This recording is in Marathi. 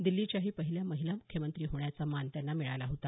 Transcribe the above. दिल्लीच्याही पहिल्या महिला मुख्यमंत्री होण्याचा मान त्यांना मिळाला होता